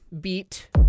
beat